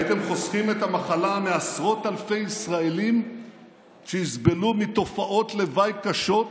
הייתם חוסכים את המחלה מעשרות אלפי ישראלים שיסבלו מתופעות לוואי קשות,